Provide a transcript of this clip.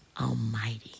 Almighty